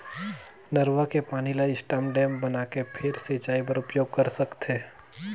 नरूवा के पानी ल स्टॉप डेम बनाके फेर सिंचई बर उपयोग कर सकथे